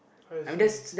how you say